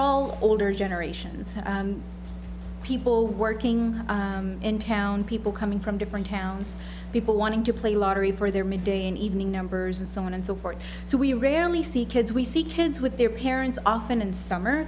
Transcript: all older generations people working in town people coming from different towns people wanting to play a lottery for their midday an evening numbers and so on and so forth so we rarely see kids we see kids with their parents often in summer